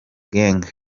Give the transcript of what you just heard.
gang